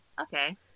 Okay